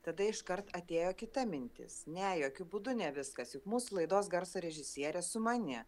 tada iškart atėjo kita mintis ne jokiu būdu ne viskas juk mūsų laidos garso režisierė sumani